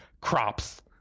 crops